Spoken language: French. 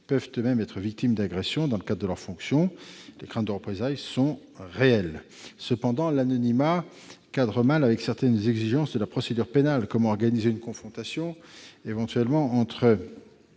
peuvent être victimes d'agressions dans le cadre de leurs fonctions, et les craintes de représailles sont réelles. Cependant, l'anonymat cadre mal avec certaines exigences de la procédure pénale : comment organiser éventuellement une